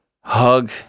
hug